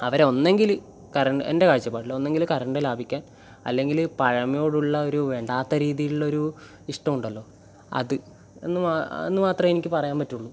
അവർ ഒന്നെങ്കിൽ കറണ്ട് എൻ്റെ കാഴ്ചപ്പാടിൽ ഒന്നെങ്കിൽ കറണ്ട് ലാഭിക്കാൻ അല്ലെങ്കിൽ പഴമയോടുള്ള ഒരു വേണ്ടാത്ത രീതിയിലുള്ളൊരു ഇഷ്ടമുണ്ടല്ലോ അത് എന്ന് മാ എന്ന് മാത്രമേ എനിക്ക് പറയാൻ പറ്റുള്ളൂ